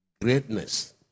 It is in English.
Greatness